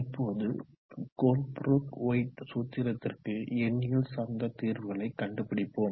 இப்போது Colebrook White சூத்திரத்திற்கு எண்ணியல் சார்ந்த தீர்வுகளை கண்டுபிடிப்போம்